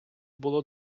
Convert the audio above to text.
було